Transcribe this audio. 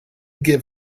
give